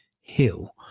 hill